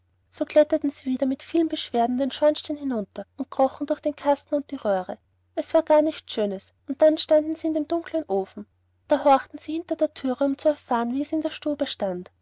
so kletterten sie wieder mit vielen beschwerden den schornstein hinunter und krochen durch den kasten und die röhre das war gar nichts schönes und dann standen sie in dem dunklen ofen da horchten sie hinter der thür um zu erfahren wie es in der stube stehe